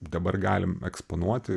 dabar galim eksponuoti